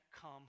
come